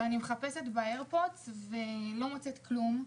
חיפשתי באיירפודס ולא מצאתי כלום.